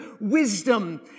wisdom